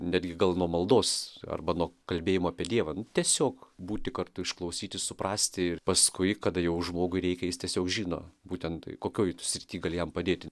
netgi gal nuo maldos arba nuo kalbėjimo apie dievą tiesiog būti kartu išklausyti suprasti ir paskui kada jau žmogui reikia jis tiesiog žino būtent kokioj srityj gali jam padėti